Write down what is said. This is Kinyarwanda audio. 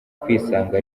kwisanga